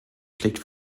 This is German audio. schlägt